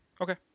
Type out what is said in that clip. Okay